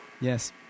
Yes